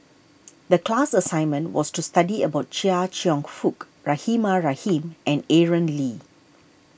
the class assignment was to study about Chia Cheong Fook Rahimah Rahim and Aaron Lee